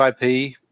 IP